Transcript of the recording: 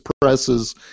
presses